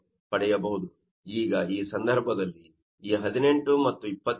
ಈಗ ಈ ಸಂದರ್ಭದಲ್ಲಿ ಈ 18 ಮತ್ತು 28